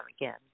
again